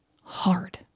hard